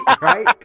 Right